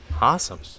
Awesome